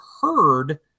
heard